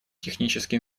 технические